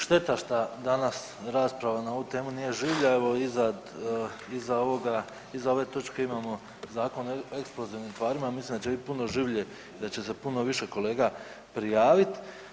Šteta što danas rasprava na ovu temu nije življa, evo iza ove točke imamo Zakon o eksplozivnim tvarima, ja mislim da će biti puno življe i da će se puno više kolega prijavit.